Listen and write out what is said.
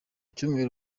cyumweru